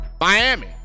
Miami